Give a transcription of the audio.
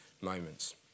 moments